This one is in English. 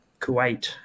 Kuwait